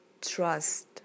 trust